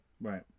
Right